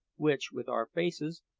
which, with our faces,